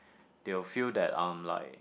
they will feel that I'm like